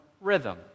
rhythm